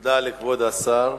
תודה לכבוד השר.